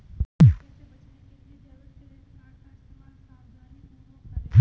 धोखे से बचने के लिए डेबिट क्रेडिट कार्ड का इस्तेमाल सावधानीपूर्वक करें